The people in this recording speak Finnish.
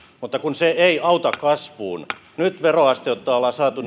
mutta kun se ei auta kasvuun nyt veroaste ollaan saatu